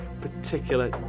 particular